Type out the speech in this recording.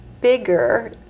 bigger